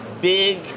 big